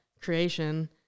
creation